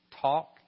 talk